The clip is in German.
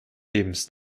lebens